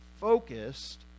focused